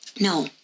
no